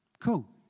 Cool